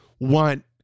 want